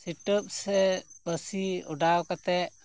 ᱥᱤᱴᱟᱹᱵ ᱥᱮ ᱯᱟᱹᱥᱤ ᱚᱰᱟᱣ ᱠᱟᱛᱮ